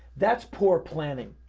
that's poor planning.